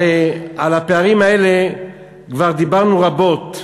הרי על הפערים האלה כבר דיברנו רבות,